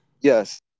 Yes